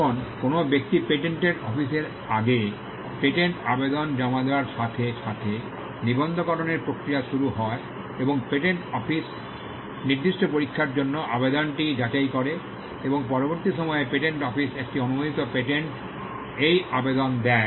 এখন কোনও ব্যক্তি পেটেন্ট অফিসের আগে পেটেন্ট আবেদন জমা দেওয়ার সাথে সাথে নিবন্ধকরণের প্রক্রিয়া শুরু হয় এবং পেটেন্ট অফিস নির্দিষ্ট পরীক্ষার জন্য আবেদনটি যাচাই করে এবং পরবর্তী সময়ে পেটেন্ট অফিস একটি অনুমোদিত পেটেন্টে এই আবেদন দেয়